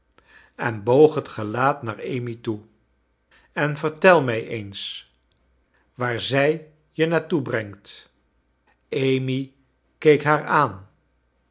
en boog het gelaat naar amy toe en vertel mij eens waar zij je naar toe brengtf amy keek haar aan